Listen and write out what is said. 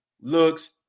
looks